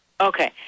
Okay